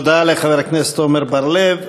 תודה לחבר הכנסת עמר בר-לב.